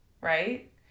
right